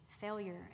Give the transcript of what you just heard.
failure